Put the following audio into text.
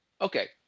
Okay